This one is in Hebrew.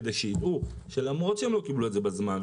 כדי שידעו שלמרות שהם לא קיבלו את זה בזמן,